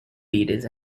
leaders